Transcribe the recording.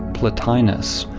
plotinus,